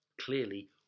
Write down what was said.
clearly